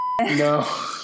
No